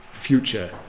future